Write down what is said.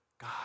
God